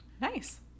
Nice